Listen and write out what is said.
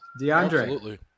DeAndre